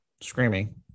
Screaming